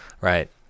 Right